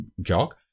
jog